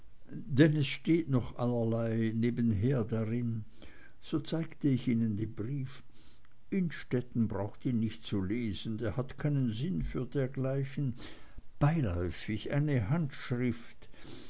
denn es steht noch allerlei nebenher darin so zeigte ich ihnen den brief innstetten braucht ihn nicht zu lesen der hat keinen sinn für dergleichen beiläufig eine handschrift